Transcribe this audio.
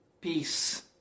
Peace